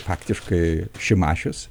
faktiškai šimašius